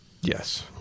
Yes